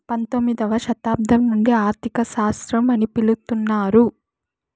పంతొమ్మిదవ శతాబ్దం నుండి ఆర్థిక శాస్త్రం అని పిలుత్తున్నారు